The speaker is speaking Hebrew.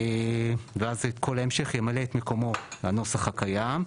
ואז כל ההמשך ימלא את מקומו הנוסח הקיים,